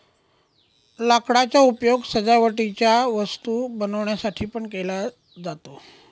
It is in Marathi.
लाकडाचा उपयोग सजावटीच्या वस्तू बनवण्यासाठी पण केला जातो